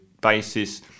basis